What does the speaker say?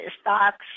Stocks